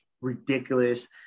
ridiculous